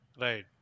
Right